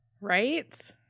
right